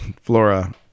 Flora